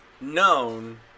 known